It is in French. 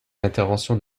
l’intervention